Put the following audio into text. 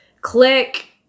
click